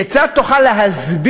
כיצד תוכל להסביר?